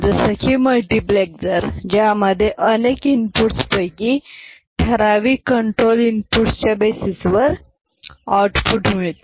जसं की मल्टिप्लेक्सर ज्यामधे अनेक इनपुट्सपैकी ठराविक कंट्रोल इनपुटसच्या बेसिसवर आऊटपुट मिळते